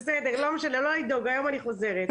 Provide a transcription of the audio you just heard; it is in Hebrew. בסדר, לא משנה, לא לדאוג, היום אני חוזרת.